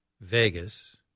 Vegas